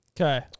Okay